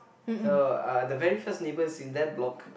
so uh the very first neighbours in that block